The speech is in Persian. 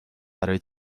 برای